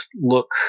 look